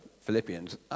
Philippians